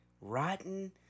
rotten